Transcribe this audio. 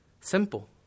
Simple